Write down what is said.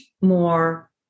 more